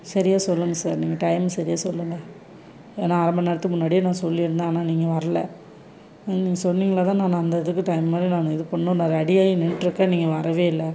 சரியாக சொல்லுங்கள் சார் நீங்கள் டைம் சரியாக சொல்லுங்கள் ஏன்னா அரை மண் நேரத்துக்கு முன்னாடியே நான் சொல்லி இருந்தேன் ஆனால் நீங்கள் வரல நீங்கள் சொன்னீங்களே தான் நான் அந்த இதுக்கு டைம் படி நான் இது பண்ணும் நான் ரெடியாகி நின்னுட்டுருக்கேன் நீங்கள் வரவே இல்லை